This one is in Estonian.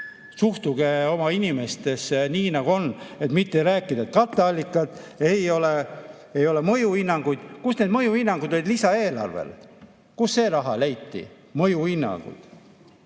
Suhtuge oma inimestesse nii, nagu on, et mitte rääkida, et katteallikaid ei ole, ei ole mõjuhinnanguid. Kus need mõjuhinnangud olid lisaeelarvel, kust see raha leiti? Mõjuhinnangud?